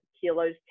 kilos